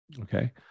Okay